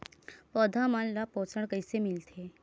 पौधा मन ला पोषण कइसे मिलथे?